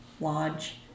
Lodge